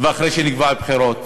ואחרי שנקבעו בחירות